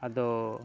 ᱟᱫᱚ